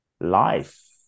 life